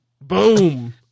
Boom